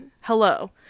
hello